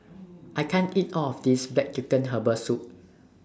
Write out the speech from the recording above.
I can't eat All of This Black Chicken Herbal Soup